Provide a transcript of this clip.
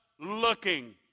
looking